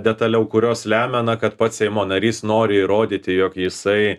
detaliau kurios lemia na kad pats seimo narys nori įrodyti jog jisai